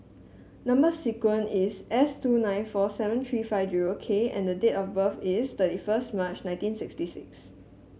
number sequence is S two nine four seven three five zero K and the date of birth is thirty first March nineteen sixty six